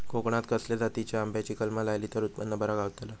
कोकणात खसल्या जातीच्या आंब्याची कलमा लायली तर उत्पन बरा गावताला?